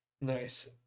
Nice